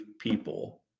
people